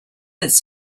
its